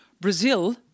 Brazil